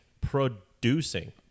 producing